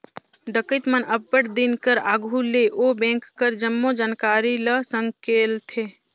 डकइत मन अब्बड़ दिन कर आघु ले ओ बेंक कर जम्मो जानकारी ल संकेलथें